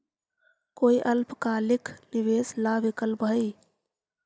कोई अल्पकालिक निवेश ला विकल्प हई?